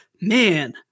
man